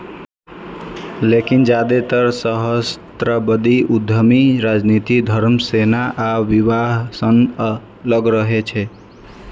लेकिन जादेतर सहस्राब्दी उद्यमी राजनीति, धर्म, सेना आ विवाह सं अलग रहै छै